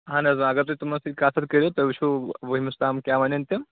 اہن حظ آ اگر تُہۍ تِمَن سۭتۍ کَتھ وَتھ کٔرِو تُہۍ وٕچھِو وُہِمِس تام کیٛاہ وَنَن تِم